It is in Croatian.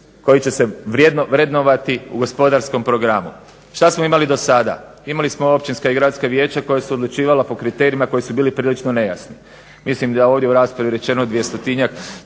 koji će se vrednovati u gospodarskom programu. Što smo imali dosada? Imali smo općinska i gradska vijeća koja su odlučivala po kriterijima koji su bili prilično nejasni. Mislim da je ovdje u raspravi rečeno 200-njak